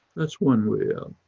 that's one way.